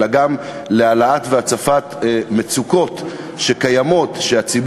אלא גם בהעלאת מצוקות שקיימות והצפתן,